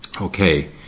Okay